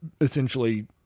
essentially